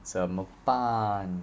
怎么办